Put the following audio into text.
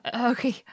Okay